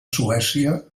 suècia